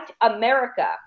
America